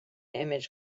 image